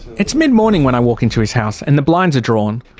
it's mid morning when i walk into his house, and the blinds are drawn.